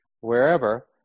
wherever